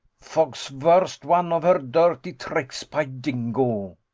fog's vorst one of her dirty tricks, py yingo!